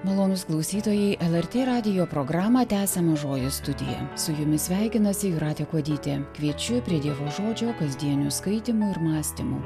malonūs klausytojai lrt radijo programą tęsia mažoji studija su jumis sveikinasi jūratė kuodytė kviečiu prie dievo žodžio kasdienių skaitymų ir mąstymų